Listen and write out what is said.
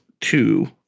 two